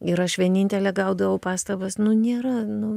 ir aš vienintelė gaudavau pastabas nu nėra nu